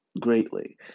greatly